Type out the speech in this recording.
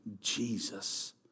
Jesus